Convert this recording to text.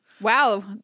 Wow